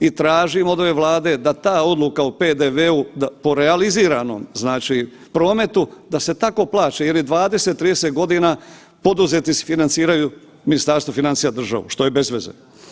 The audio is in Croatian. I tražim od ove Vlade da ta odluka o PDV-u da po realiziranom, znači prometu, da se tako plaća jer je 20-30.g. poduzetnici financiraju, Ministarstvo financija, državu, što je bez veze.